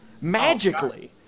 magically